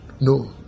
no